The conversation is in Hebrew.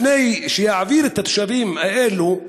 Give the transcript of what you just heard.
לפני שיעביר את התושבים האלה,